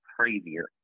crazier